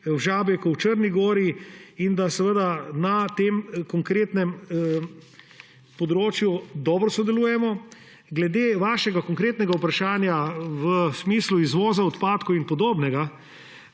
v Žabljaku v Črni gori in da na tem konkretnem področju dobro sodelujemo. Glede vašega konkretnega vprašanja v smislu izvoza odpadkov in podobnega